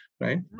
right